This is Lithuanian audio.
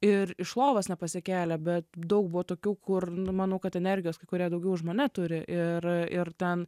ir iš lovos nepasikėlė bet daug buvo tokių kur nu manau kad energijos kai kurie daugiau už mane turi ir ir ten